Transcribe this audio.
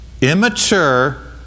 immature